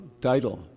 title